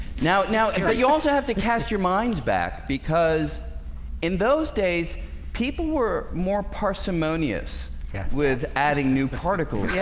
now now ah you also have to cast your minds back because in those days people were more parsimonious yeah with adding new particles yeah